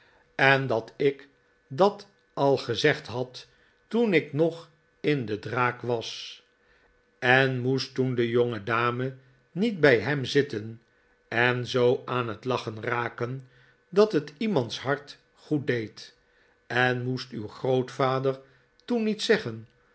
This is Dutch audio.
en dat ik dat al gezegd had toen ik nog in de draak was en moest toen de jongedame niet bij hem zitten en zoo aan het lachen raken dat het iemands hart goed deed en moest uw grootvader toen niet zeggen